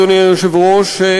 אדוני היושב-ראש,